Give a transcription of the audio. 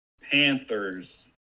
Panthers